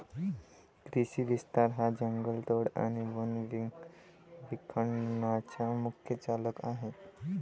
कृषी विस्तार हा जंगलतोड आणि वन विखंडनाचा मुख्य चालक आहे